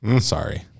Sorry